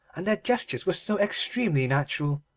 and their gestures were so extremely natural,